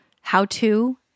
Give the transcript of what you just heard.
how-to